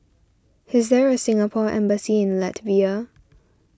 is there a Singapore Embassy in Latvia